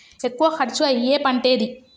ఎక్కువ ఖర్చు అయ్యే పంటేది?